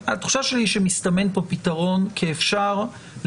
אני לא אכנס לעומק הדוח שלנו מ-2020 כי אנחנו לא עושים עכשיו הסדרה